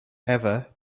ever